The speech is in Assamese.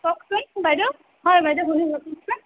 কওকচোন বাইদেউ হয় বাইদেউ শুনিছোঁ কওকচোন